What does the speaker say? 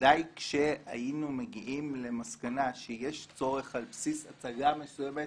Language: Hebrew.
בוודאי כשהיינו מגיעים למסקנה שיש צורך לשלול על בסיס הצגה מסוימת